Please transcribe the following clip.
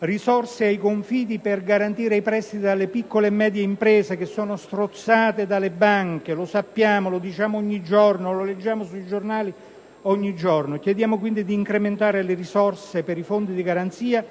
risorse per i confidi al fine di garantire i prestiti alle piccole e medie imprese "strozzate" dalle banche (lo sappiamo, lo diciamo e lo leggiamo sui giornali ogni giorno). Chiediamo quindi di incrementare le risorse per i fondi di garanzia